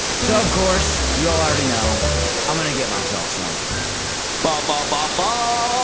so of course, you already know i'm gonna get myself some ba-ba-ba-ba!